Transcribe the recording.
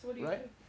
right